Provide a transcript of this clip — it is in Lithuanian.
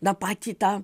na patį tą